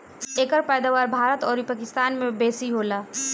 एकर पैदावार भारत अउरी पाकिस्तान में बेसी होला